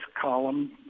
column